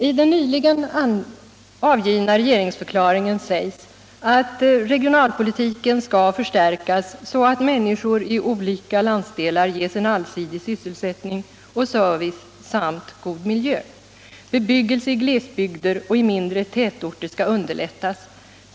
I den nyligen avgivna regeringsförklaringen sägs: ”Regionalpolitiken skall förstärkas, så att människor i olika landsdelar ges allsidig sysselsättning och service samt en god miljö. Bebyggelse i glesbygder och i mindre tätorter skall underlättas.